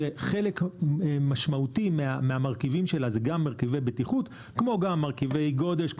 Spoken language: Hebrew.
שחלק משמעותי מהמרכיבים שלה זה גם מרכיבי בטיחות כמו גם מרכיבי גודש,